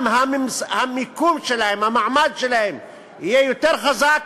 גם המיקום שלהם, המעמד שלהם יהיה יותר חזק,